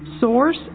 Source